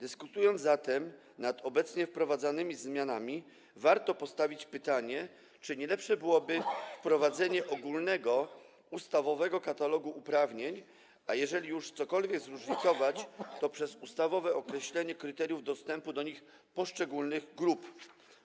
Dyskutując zatem nad obecnie wprowadzanymi zmianami, warto postawić pytanie, czy nie lepsze byłoby wprowadzenie ogólnego ustawowego katalogu uprawnień i różnicowanie - jeżeli już cokolwiek różnicować - przez ustawowe określenie kryteriów dostępu do nich poszczególnych grup